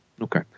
Okay